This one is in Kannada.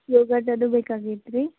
ಯೋಗರ್ಟ್ ಅದು ಬೇಕಾಗಿತ್ತು ರೀ